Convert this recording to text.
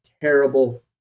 terrible